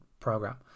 Program